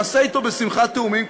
נעשה אתו בשמחה תיאומים,